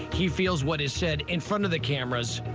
he feels what is said in front of the cameras.